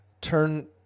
turn